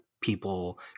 people